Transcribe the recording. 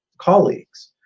colleagues